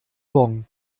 bon